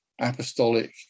apostolic